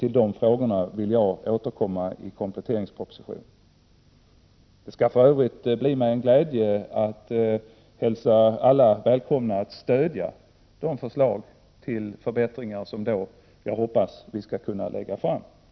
Till de frågorna vill jag återkomma i kompletteringspropositionen. Det skall för övrigt bli mig en glädje att hälsa alla välkomna att stödja de förslag till förbättringar som jag hoppas att vi då skall kunna lägga fram.